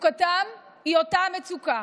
מצוקתם היא אותה מצוקה,